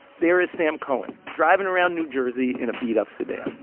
there is sam cohen, driving around new jersey in a beat up sedan